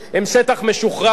הם שטח משוחרר,